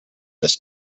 this